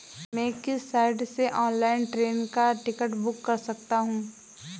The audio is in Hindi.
मैं किस साइट से ऑनलाइन ट्रेन का टिकट बुक कर सकता हूँ?